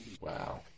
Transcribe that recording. Wow